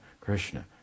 Krishna